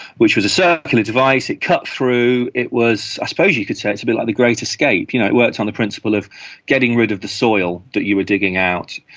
which was a circular device, it cut through, it was, i suppose you could say it's a bit like the great escape, you know, it worked on the principle of getting rid of the soil that you were digging out,